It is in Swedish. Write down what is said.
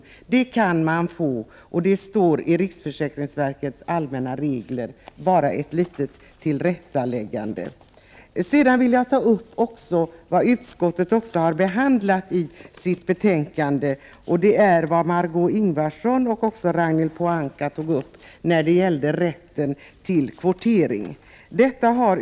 Sådan ersättning utgår, och det står i riksförsäkringsverkets allmänna regler. Detta var bara ett litet tillrättaläggande. Jag vill för det andra ta upp en sak som utskottet har behandlat i sitt betänkande och som Marg6é Ingvardsson och Ragnhild Pohanka talade om, nämligen rätten till kvotering.